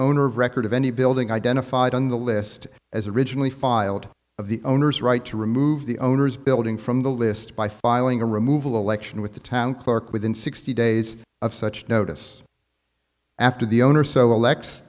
owner of record of any building identified on the list as originally filed of the owner's right to remove the owner's building from the list by filing a removal election with the town clerk within sixty days of such notice after the owner s